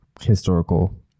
historical